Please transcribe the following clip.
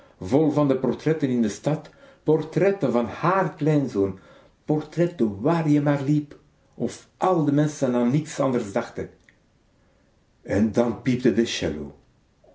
vol van de portretten in de stad portretten van hààr kleinzoon portretten waar je maar liep of al de menschen an niks anders dachten en daar piepte de